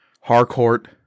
Harcourt